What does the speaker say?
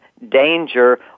danger